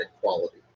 quality